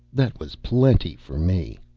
that was plenty for me.